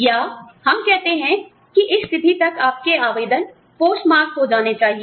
या हम कहते हैं कि इस तिथि तक आपके आवेदन पोस्ट मार्क हो जाने चाहिए